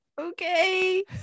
okay